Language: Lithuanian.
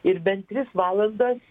ir bent tris valandas